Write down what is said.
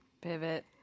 pivot